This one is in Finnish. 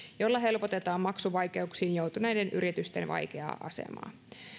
jolla helpotetaan maksuvaikeuksiin joutuneiden yritysten vaikeaa asemaa